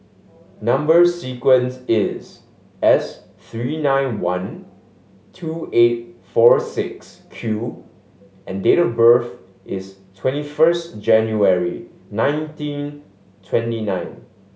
number sequence is S three nine one two eight four six Q and date of birth is twenty first January nineteen twenty nine